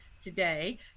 today